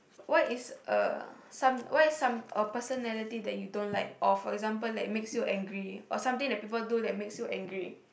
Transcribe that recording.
what is uh some what is some a personality that you don't like or for example like makes you angry or something that people do that makes you angry